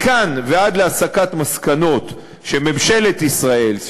מכאן ועד להסקת מסקנות שממשלת ישראל,